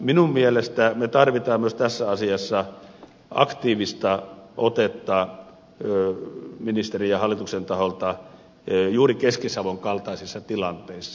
minun mielestäni me tarvitsemme myös tässä asiassa aktiivista otetta ministerin ja hallituksen taholta juuri keski savon kaltaisissa tilanteissa